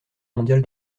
mondial